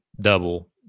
double